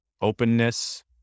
openness